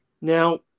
Now